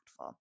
impactful